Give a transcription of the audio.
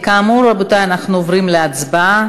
כאמור, רבותי, אנחנו עוברים להצבעה.